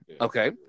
Okay